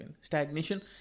stagnation